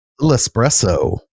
espresso